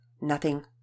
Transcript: Nothing